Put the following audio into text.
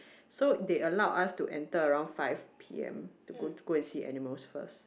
so they allowed us to enter around five p_m to go go and see animals first